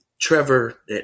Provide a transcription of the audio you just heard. Trevor